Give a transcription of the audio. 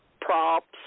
props